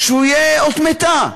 שהוא יהיה אות מתה.